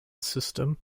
system